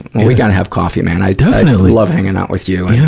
we gotta have coffee, man. ah definitely. love hanging out with you. yeah.